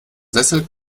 sessel